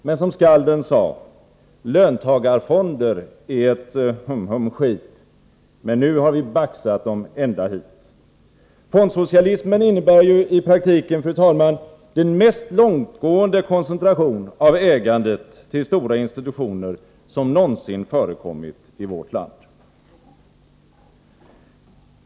Men som skalden sa: ”Löntagarfonder är ett humhum skit, men nu har vi baxat dem ända hit!” Fondsocialismen innebär ju i praktiken den mest långtgående koncentration av ägandet till stora institutioner som någonsin förekommit i vårt land.